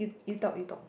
you talk you talk